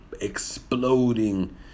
exploding